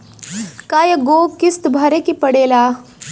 कय गो किस्त भरे के पड़ेला?